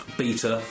beta